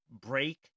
break